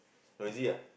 noisy ah